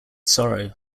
sorrow